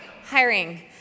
Hiring